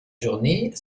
journée